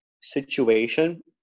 situation